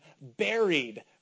buried